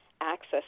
access